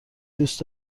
دوست